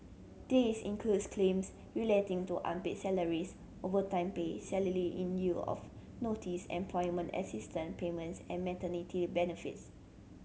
this includes claims relating to unpaid salaries overtime pay salary in lieu of notice employment assistance payments and maternity benefits